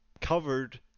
covered